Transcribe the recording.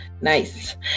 Nice